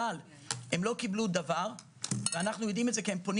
אבל הם לא קיבלו דבר ואנחנו יודעים את זה כי הם פונים